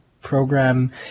program